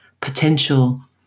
potential